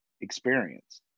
experience